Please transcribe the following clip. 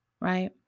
right